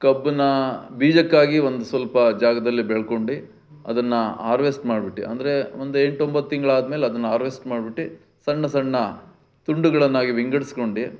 ಕಬ್ಬನ್ನ ಬೀಜಕ್ಕಾಗಿ ಒಂದು ಸ್ವಲ್ಪ ಜಾಗದಲ್ಲಿ ಬೆಳ್ಕೊಂಡು ಅದನ್ನು ಹಾರ್ವೆಸ್ಟ್ ಮಾಡ್ಬಿಟ್ಟು ಅಂದರೆ ಒಂದು ಎಂಟು ಒಂಬತ್ತು ತಿಂಗ್ಳು ಆದ ಮೇಲೆ ಅದನ್ನು ಹಾರ್ವೆಸ್ಟ್ ಮಾಡ್ಬಿಟ್ಟು ಸಣ್ಣ ಸಣ್ಣ ತುಂಡುಗಳನ್ನಾಗಿ ವಿಂಗಡ್ಸ್ಕೊಂಡು